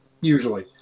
usually